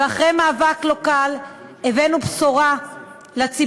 ואחרי מאבק לא קל הבאנו בשורה לציבור,